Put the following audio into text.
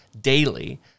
daily